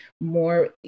more